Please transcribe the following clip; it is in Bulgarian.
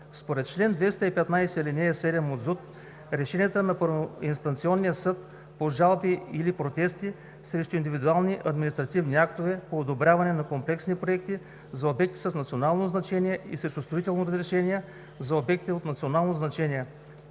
устройство на територията, решенията на първоинстанционния съд по жалби или протести срещу индивидуални административни актове по одобряване на комплексни проекти за обекти с национално значение и срещу строителни разрешения за обекти от национално значение,